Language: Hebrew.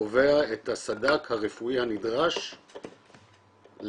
קובע את הסד"כ הרפואי הנדרש למסיבות,